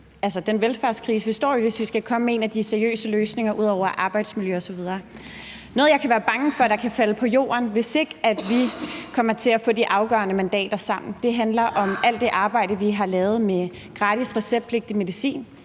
på den velfærdskrise, vi står i, ud over dem, der handler om arbejdsmiljøet osv. Noget, jeg kan være bange for kan falde til jorden, hvis ikke vi kommer til at få de afgørende mandater sammen, er alt det arbejde, vi har lavet med gratis receptpligtig medicin,